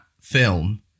film